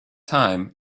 time